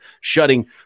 shutting